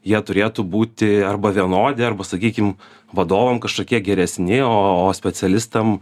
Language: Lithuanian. jie turėtų būti arba vienodi arba sakykim vadovam kažkokie geresni ooo specialistam